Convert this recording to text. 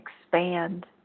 expand